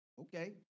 Okay